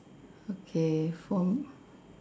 okay for